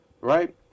Right